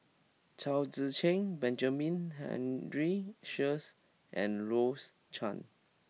Chao Tzee Cheng Benjamin Henry Sheares and Rose Chan